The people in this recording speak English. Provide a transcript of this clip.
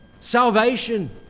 salvation